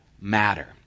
matter